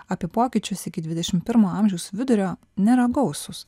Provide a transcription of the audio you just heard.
apie pokyčius iki dvidešim amžiaus vidurio nėra gausūs